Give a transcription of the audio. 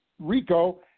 Rico